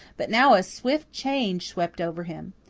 but now a swift change swept over him.